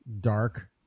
dark